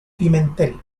pimentel